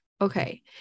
Okay